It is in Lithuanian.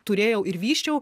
turėjau ir vysčiau